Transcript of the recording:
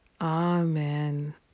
Amen